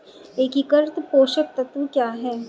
एकीकृत पोषक तत्व क्या है?